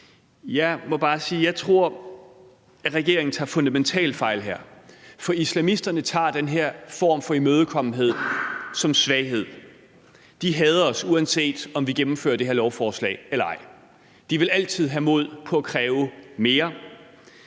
Jeg må bare sige, at jeg tror, at regeringen tager fundamentalt fejl her, for islamisterne tager den her form for imødekommenhed som svaghed. De hader os, uanset om vi gennemfører det her lovforslag eller ej. De vil altid have mod på at kræve mere,